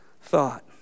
thought